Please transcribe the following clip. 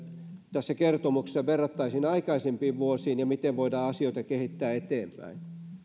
tässä kertomuksessa verrattaisiin aikaisempiin vuosiin siinä miten voidaan asioita kehittää eteenpäin